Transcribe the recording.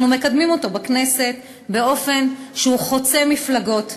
אנחנו מקדמים אותו בכנסת באופן שהוא חוצה מפלגות,